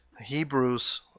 Hebrews